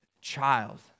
child